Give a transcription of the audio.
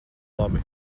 labi